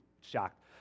shocked